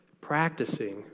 practicing